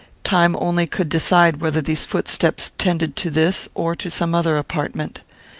time only could decide whether these footsteps tended to this, or to some other, apartment.